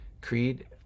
creed